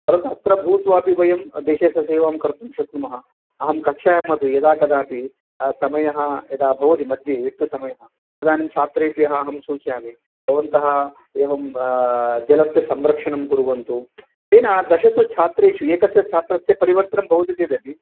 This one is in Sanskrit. परन्तु अत्र भूत्वापि वयं देशस्य सेवां कर्तुं शक्नुमः अहं कक्षायामपि यदाकदापि समयः यदा भवति मध्ये रिक्तसमयः तदानीं छात्रेभ्यः अहं सूचयामि भवन्तः एवं जलस्य संरक्षणं कुर्वन्तु तेन दशसु छात्रेषु एकस्य छात्रस्य परिवर्तनं भवति चेदपि